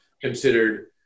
considered